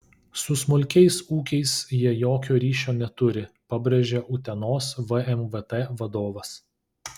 su smulkiais ūkiais jie jokio ryšio neturi pabrėžė utenos vmvt vadovas